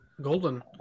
Golden